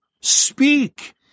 speak